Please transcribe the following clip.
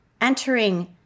entering